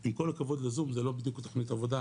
עם הכבוד לזום זו לא בדיוק תכנית עבודה,